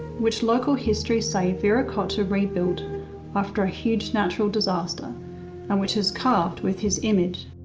which local history say viracocha rebuilt after a huge natural disaster and which is carved with his image.